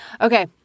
Okay